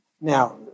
Now